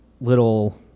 little